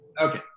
Okay